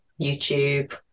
YouTube